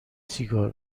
سیگار